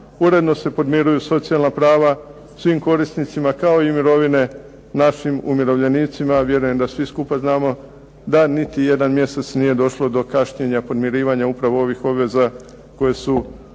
uredno se podmiruju socijalna prava svim korisnicima kao i mirovine našim umirovljenicima a vjerujem da svi skupa znamo da niti jedan mjesec nije došlo do kašnjenja podmirivanja upravo ovih obveza koje su